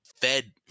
Fed